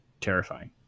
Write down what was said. Terrifying